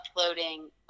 uploading